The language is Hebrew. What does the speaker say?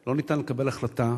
לא ניתן לקבל החלטה,